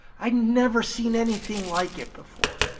i'd never seen anything like it before.